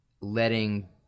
letting